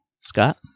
Scott